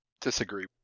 disagree